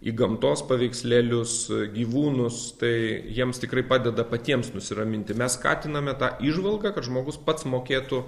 į gamtos paveikslėlius gyvūnus tai jiems tikrai padeda patiems nusiraminti mes skatiname tą įžvalgą kad žmogus pats mokėtų